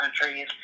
countries